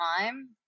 time